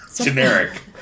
Generic